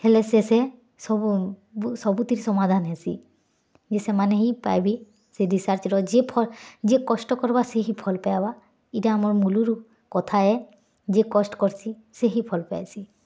ହେଲେ ସେ ସେ ସବୁ ବୁ ସବୁଥି ସମାଧାନ୍ ହେସି ଯେ ସେମାନେ ହିଁ ପାଏବେ ସେ ରିସର୍ଚ୍ଚର ଯେ ଫ ଯିଏ କଷ୍ଟ୍ କର୍ବା ସିଏ ହିଁ ଫଲ୍ ପାଏବା ଏଟା ଆମର ମୁଲୁ ରୁ କଥା ଏ ଯିଏ କଷ୍ଟ୍ କର୍ସି ସିଏ ହିଁ ଫଲ୍ ପାଏସି